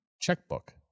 checkbook